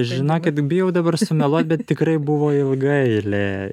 žinokit bijau dabar sumeluot bet tikrai buvo ilga eilė